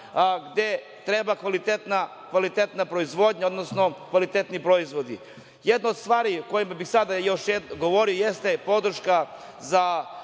gde treba kvalitetna proizvodnja, odnosno kvalitetni proizvodi. Jedna od stvari o kojima bih sada govorio, jeste podrška za